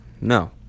No